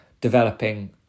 developing